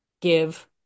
give